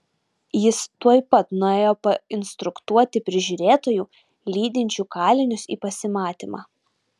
jis tuoj pat nuėjo painstruktuoti prižiūrėtojų lydinčių kalinius į pasimatymą